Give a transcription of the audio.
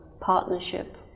partnership